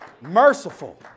Merciful